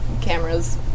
cameras